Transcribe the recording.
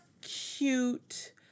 cute